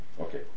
Okay